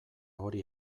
hori